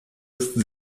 ist